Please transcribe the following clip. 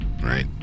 Right